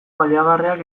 baliagarriak